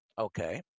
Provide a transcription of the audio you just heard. okay